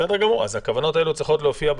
בסדר גמור, אז הכוונות האלה צריכות להופיע.